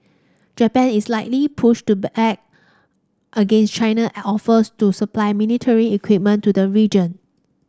Japan is likely push to back against China offers to supply military equipment to the region